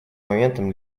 моментом